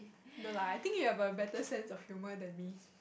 no lah I think you have a better sense of humor than me